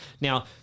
Now